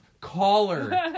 caller